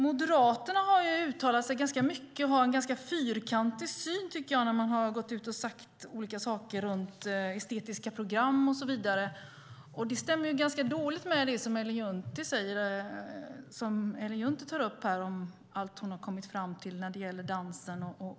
Moderaterna har uttalat sig mycket i dessa frågor och har visat en fyrkantig syn i frågor om estetiska program och så vidare. Det stämmer dåligt med vad Ellen Juntti har sagt här om dansen.